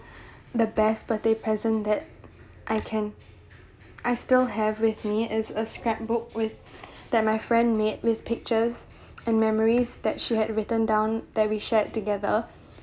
the best birthday present that I can I still have with me is a scrapbook with that my friend made with pictures and memories that she had written down that we shared together